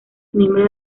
miembro